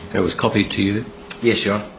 that was copied to you. yes, your